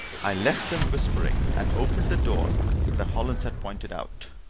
i left them whispering, and opened the door that hollins had pointed out.